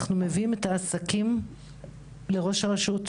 אנחנו מביאים את העסקים לראש הרשות,